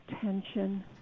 tension